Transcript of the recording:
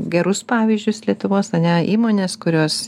gerus pavyzdžius lietuvos ane įmones kurios